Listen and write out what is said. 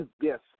Yes